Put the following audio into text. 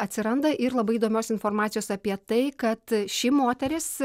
atsiranda ir labai įdomios informacijos apie tai kad ši moteris